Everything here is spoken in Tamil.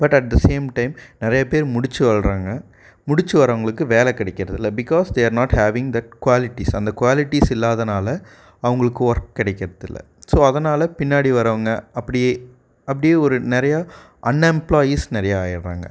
but at the same time நிறைய பேர் முடித்து வாழ்கிறாங்க முடித்து வரவங்களுக்கு வேலை கிடைக்கிறதில்ல because they are not having that qualities அந்த குவாலிட்டிஸ் இல்லாதனால் அவங்களுக்கு ஒர்க் கிடைக்கறதில்ல ஸோ அதனால் பின்னாடி வரவங்க அப்படியே அப்படியே ஒரு நிறையா அன் எம்ப்ளாயீஸ் நிறையா ஆகிட்றாங்க